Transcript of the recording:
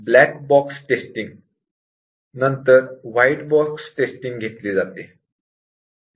black box testing नंतर white box testing घेतली जाते